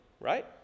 right